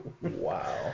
Wow